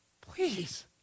please